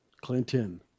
Clinton